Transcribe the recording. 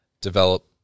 develop